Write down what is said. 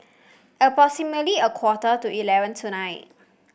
approximately a quarter to eleven tonight